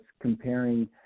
comparing